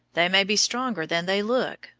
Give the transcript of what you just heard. they may be stronger than they look,